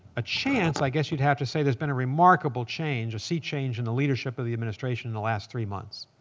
a chance, i guess you'd have to say there's been a remarkable change, a sea change in the leadership of the administration in the last three months.